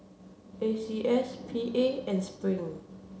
A C S P A and Spring